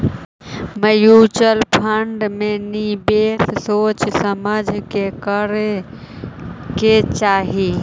mutual fund में निवेश सोच समझ के करे के चाहि